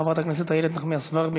חברת הכנסת איילת נחמיאס ורבין,